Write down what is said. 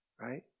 right